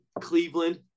Cleveland